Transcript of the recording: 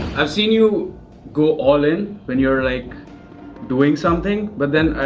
i've seen you go all in when you're like doing something, but then